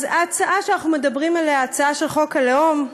אז ההצעה שאנחנו מדברים עליה, ההצעה של חוק הלאום,